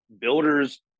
Builders